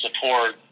support